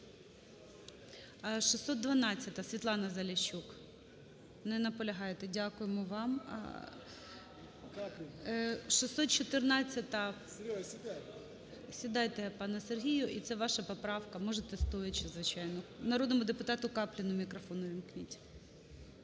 612-а, СвітланаЗаліщук. Не наполягаєте. Дякуємо вам. 614-а… Сідайте, пане Сергію, і це ваша поправка. Можете стоячи, звичайно. Народному депутатуКапліну мікрофон увімкніть.